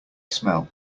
smell